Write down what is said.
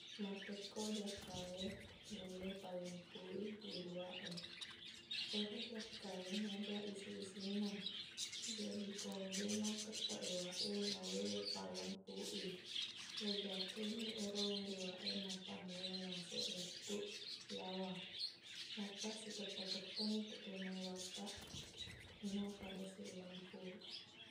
Mappekko jakka e nulle pallempuq i wiluwaq e ero jakka e mega isi-isinna jadi ko deqna ketteq luwaq e naulle pallempuq i leijakkaini ero weiluwaq e mappammula yaseq lettuq yawa nappa siketta-kettanitu peimeng luwattaq napada sillempuq